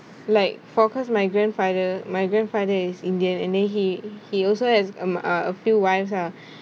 like for cause my grandfather my grandfather is indian and then he he also has uh m~ a few wives ah